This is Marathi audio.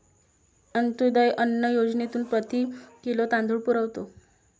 अंत्योदय अन्न योजनेतून प्रति किलो तांदूळ पुरवतो